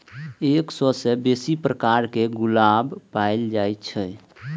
एक सय सं बेसी प्रकारक गुलाब पाएल जाए छै